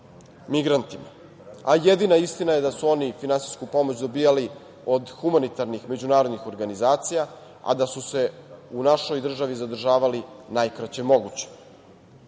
migrantima, a jedina istina je da su oni finansijsku pomoć dobijali od humanitarnih međunarodnih organizacija, a da su se u našoj državi zadržavali najkraće moguće. Ne